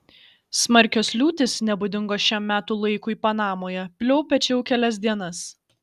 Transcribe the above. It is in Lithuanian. smarkios liūtys nebūdingos šiam metų laikui panamoje pliaupia čia jau kelias dienas